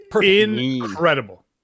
incredible